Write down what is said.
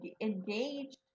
engaged